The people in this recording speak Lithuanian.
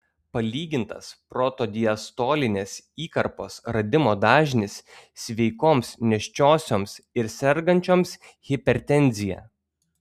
palygintas protodiastolinės įkarpos radimo dažnis sveikoms nėščiosioms ir sergančioms hipertenzija